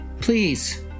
Please